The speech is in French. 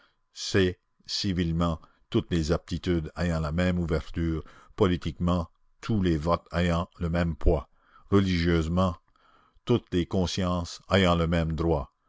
c'est civilement toutes les aptitudes ayant la même ouverture politiquement tous les votes ayant le même poids religieusement toutes les consciences ayant le même droit